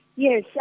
Yes